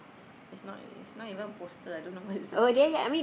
it's not it's not even poster I don't know what is this